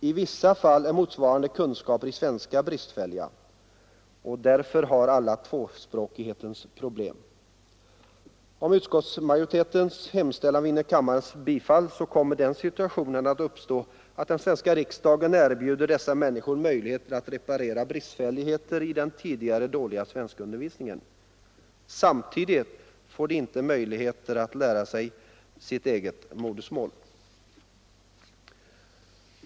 I vissa fall är motsvarande kunskaper i svenska bristfälliga. Samerna har därför alla tvåspråkighetens problem. Om utskottsmajoritetens hemställan vinner kammarens bifall kommer den situationen att uppstå att den svenska riksdagen erbjuder dessa människor möjlighet att reparera bristfälligheter i den tidigare dåliga svenskundervisningen. Samtidigt får de inte möjligheter att lära sig sitt eget modersmål.